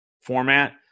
format